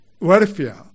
welfare